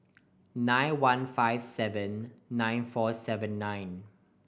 nine one five seven nine four seven nine